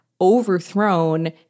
overthrown